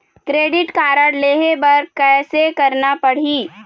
Credit card लेहे बर कैसे करना पड़ही?